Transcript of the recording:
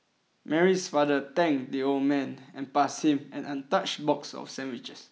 Mary's father thanked the old man and passed him an untouched box of sandwiches